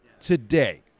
today